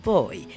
Boy